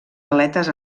aletes